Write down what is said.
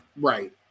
Right